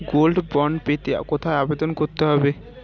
Gold bond পেতে কোথায় আবেদন করতে হবে?